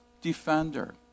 defender